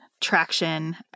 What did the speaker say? traction